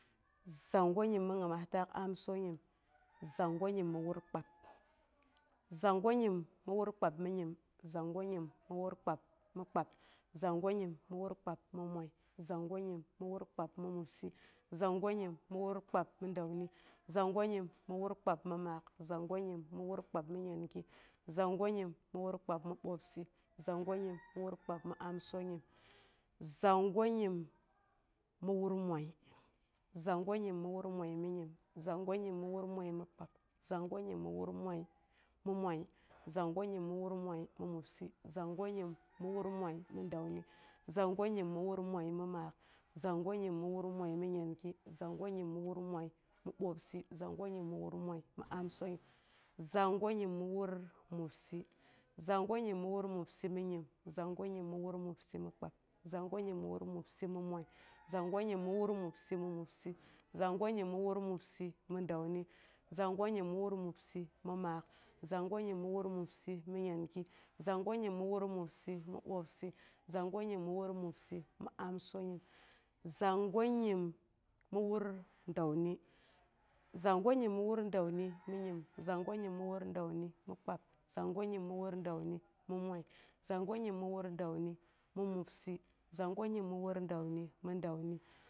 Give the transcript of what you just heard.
Zongo nyim mi ngimas taak amsonyim, songo nyim mi wur kpab zongo nyim mi wur kpab mi nyim zongo nyim mi wur kpab mimoi, zongo nyim mi wur kpab mi mobsɨ, zongo nyim mi wur kpab mi dəuni, zongo nyim mi wur kpab mi maak, zongo nyim mi wur kpab mi nyangi, zongo nyim mi wur kpab mi bwoobsɨ, zongo nyim mi wur kpab mi amsonyim, zongo nyim mi wur kpab moi, zongo nyim mi wur kpab moi mi nyim, zongo nyim mi wur moi mi kpab, zongo nyim mi wur moi mi moi, zongo nyim mi wur moi mi mobsɨ, zongo nyim mi wur moi mi dəuni, zongo nyim mi wur moi mi maak, zongo nyim mi wur moi mi nyangi, zongo nyim mi wur moi mi ɓwoobsi, zongo nyim mi wur moi mi amsonyim, zongo nyim mi wur moi mi mobsɨ. zongo nyim mi wur mobsɨ mi nyim, zongo nyim mi wur mobsɨ mi kpab, zongo nyim mi wur mobsɨ mi moi, zongo nyim mi wur mobsɨ mi mobsi, zongo nyim mi wur mobsɨ mi dəuni, zongo nyim mi wur mobsɨ mi maak, zongo nyim mi wur mobsɨ mi nyangi, zongo nyim mi wur mobsɨ mi ɓwoobsɨ, zongo nyim mi wur mobsɨ mi amsonyim, zongo nyim mi wur dəuni, zongo nyim mi wur dəuni mi kpab, zongo nyim mi wur dəuni mi moi, zongo nyim mi wur dəuni mi moi, zongo nyim mi wur dəuni mi mobsɨ, zongo nyim mi wur dəuni mi dəuni.